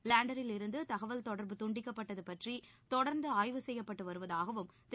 லேண்டரில் இருந்து தகவல் தொடர்பு துண்டிக்கப்பட்டது பற்றி தொடர்ந்து ஆய்வு செய்யப்பட்டு வருவதாகவும் திரு